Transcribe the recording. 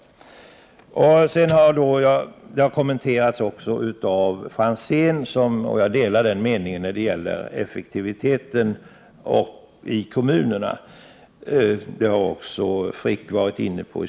Jag delar Ivar Franzéns mening om effektiviteten i kommunerna. Denna fråga har också Carl Frick varit inne på.